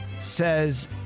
says